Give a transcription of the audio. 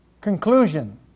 conclusion